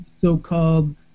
so-called